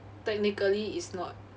technically it's not